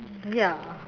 ya